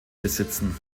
besitzen